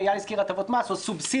אייל הזכיר הטבות מס או סובסידיה